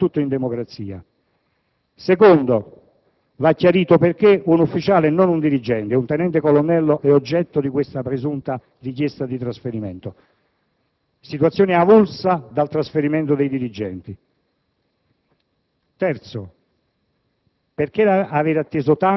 lasciar marcire le situazioni non produce mai niente di buono, soprattutto in democrazia. In secondo luogo, va chiarito perché un ufficiale e non un dirigente, un tenente colonnello, è oggetto di questa presunta richiesta di trasferimento; situazione avulsa dal trasferimento dei dirigenti.